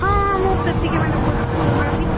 ହଁ ହଁ ମୁଁ କ୍ରିତ୍ତିକା ମ୍ୟାଡ଼ାମ୍ କହୁଥିଲି କହୁନାହାନ୍ତି